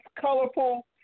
colorful